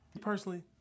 Personally